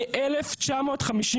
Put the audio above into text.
מ-1959,